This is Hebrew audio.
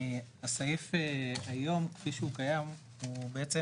הסעיף היום כפי שהוא קיים הוא בעצם,